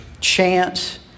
chance